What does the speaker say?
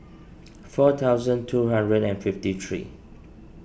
four thousand two hundred and fifty three